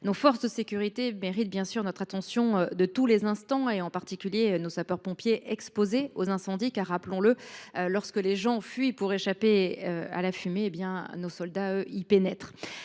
Nos forces de sécurité méritent, bien sûr, notre attention de tous les instants. C’est vrai en particulier de nos sapeurs pompiers, exposés aux incendies. En effet, rappelons que, lorsque les gens fuient pour échapper à la fumée, nos soldats du feu y pénètrent.